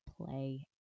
play